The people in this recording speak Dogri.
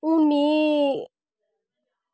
हून में